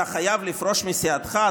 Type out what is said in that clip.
אתה חייב לפרוש מסיעתך?